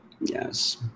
Yes